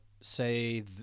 say